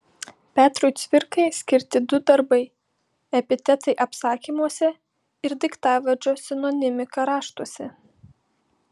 petrui cvirkai skirti du darbai epitetai apsakymuose ir daiktavardžio sinonimika raštuose